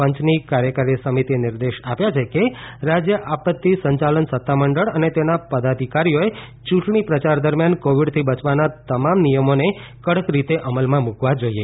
પંચની કાર્યકારી સિમિતિએ નિર્દેશ આપ્યા છે કે રાજ્ય આપત્તિ સંચાલન સત્તામંડળ અને તેના પદાધિકારીઓએ ચૂંટણી પ્રચાર દરમ્યાન કોવિડથી બચવાના તમામ નિયમોને કડક રીતે અમલ મૂકવા જોઈએ